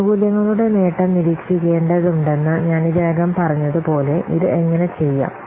ആനുകൂല്യങ്ങളുടെ നേട്ടം നിരീക്ഷിക്കേണ്ടതുണ്ടെന്ന് ഞാൻ ഇതിനകം പറഞ്ഞതുപോലെ ഇത് എങ്ങനെ ചെയ്യാം